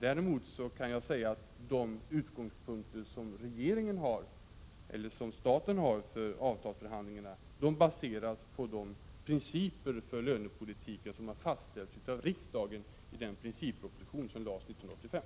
De utgångspunkter som regeringen och staten har för avtalsförhandlingar baseras emellertid på de principer för lönepolitiken som har fastställts av riksdagen i den principproposition som lades fram 1985.